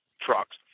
trucks